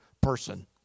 person